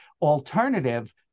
alternative